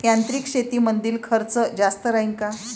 यांत्रिक शेतीमंदील खर्च जास्त राहीन का?